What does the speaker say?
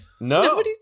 No